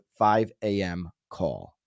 5AMCALL